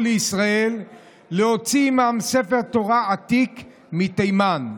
לישראל להוציא עימם ספר תורה עתיק מתימן.